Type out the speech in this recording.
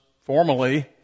formally